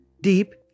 Deep